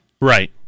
Right